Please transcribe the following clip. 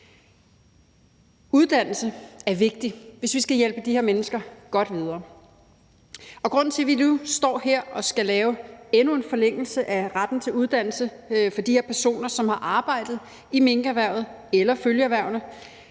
Uddannelse er vigtigt, hvis vi skal hjælpe de her mennesker godt videre. Og grunden til, at vi nu står her og skal lave endnu en forlængelse af retten til uddannelse for de her personer, som har arbejdet i minkerhvervet eller følgeerhvervene,